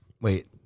Wait